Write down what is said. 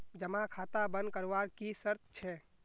जमा खाता बन करवार की शर्त छे?